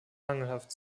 mangelhaft